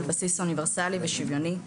על בסיס אוניברסלי ושוויוני.